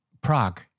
prague